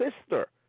sister